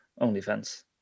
OnlyFans